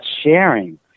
sharing